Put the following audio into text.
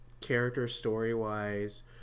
character-story-wise